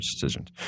decisions